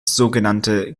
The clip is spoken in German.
sogenannte